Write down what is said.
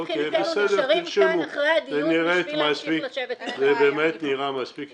אני רק אומר שב-12:00 החדר הזה מתפנה כי יש דיון נוסף.